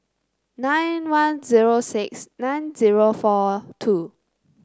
nine one zero six nine zero four two